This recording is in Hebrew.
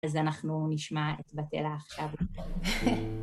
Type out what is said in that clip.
אז אנחנו נשמע את בתאלה עכשיו.